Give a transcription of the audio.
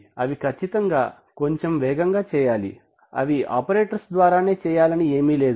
అవి కచ్చితంగా కొంచెం వేగంగా చేయాలి అవి ఆపరేటర్స్ ద్వారానే చేయాలని ఏమీ లేదు